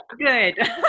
good